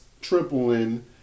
tripling